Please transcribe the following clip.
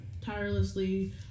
tirelessly